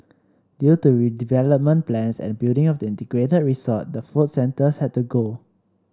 due to redevelopment plans and building of the integrated resort the food centres had to go